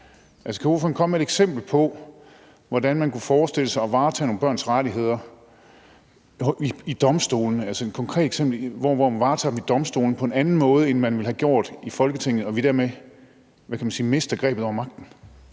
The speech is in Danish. kan ordføreren komme med et eksempel på, hvordan man kunne forestille sig at varetage nogle børns rettigheder ved domstolene på en anden måde, end man ville have gjort i Folketinget, og at vi dermed, hvad kan man